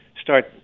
start